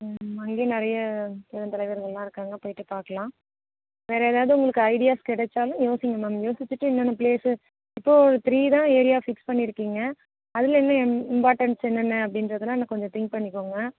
அங்கேயும் நிறைய பெருந்தலைவர்களெலாம் இருக்காங்க போயிட்டு பார்க்கலாம் வேறு எதாவது உங்களுக்கு ஐடியாஸ் கெடைச்சாலும் யோசியுங்க மேம் யோசிச்சுட்டு என்னென்ன பிளேஸஸ் இப்போது த்ரீ தான் ஏரியா ஃபிக்ஸ் பண்ணிருக்கீங்க அதுல என்ன இம் இம்பார்டன்ஸ் என்னென்ன அப்படின்றதெல்லாம் இன்னும் கொஞ்சம் தின்க் பண்ணிக்கோங்க